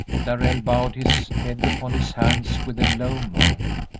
darrell bowed his head upon his hands with a low moan.